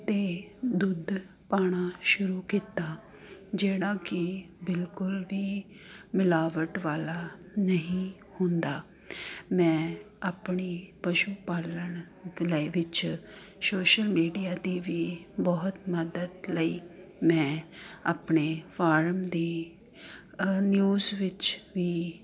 ਅਤੇ ਦੁੱਧ ਪਾਣਾ ਸ਼ੁਰੂ ਕੀਤਾ ਜਿਹੜਾ ਕਿ ਬਿਲਕੁਲ ਵੀ ਮਿਲਾਵਟ ਵਾਲਾ ਨਹੀਂ ਹੁੰਦਾ ਮੈਂ ਆਪਣੀ ਪਸ਼ੂ ਪਾਲਣ ਲ ਵਿੱਚ ਸ਼ੋਸ਼ਲ ਮੀਡੀਆ ਦੀ ਵੀ ਬਹੁਤ ਮਦਦ ਲਈ ਮੈਂ ਆਪਣੇ ਫਾਰਮ ਦੀ ਨਿਊਸ ਵਿੱਚ ਵੀ